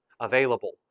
available